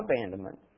abandonment